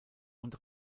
und